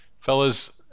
fellas